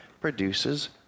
produces